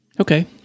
Okay